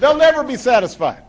they'll never be satisf